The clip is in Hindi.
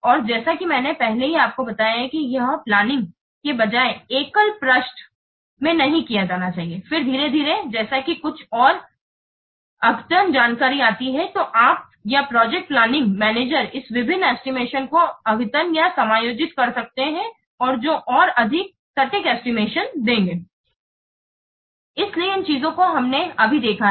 और जैसा कि मैंने पहले ही आपको बताया है कि यह पहले प्लानिंग के बजाय एकल पृष्ठ में नहीं किया जाना चाहिए फिर धीरे धीरे जैसे कि कुछ और अद्यतन जानकारी आती है तो आप या प्रोजेक्ट प्लानिंग मैनेजर इस विभिन्न एस्टिमेशन को अद्यतन या समायोजित कर सकते हैं जो और अधिक सटीक एस्टिमेशन देंगे इसलिए इन चीजों को हमने अभी देखा है